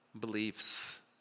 beliefs